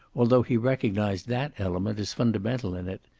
although he recognized that element as fundamental in it.